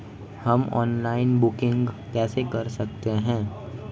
हम online banking कैसे कर सकते हैं?